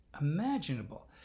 imaginable